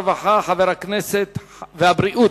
הרווחה והבריאות,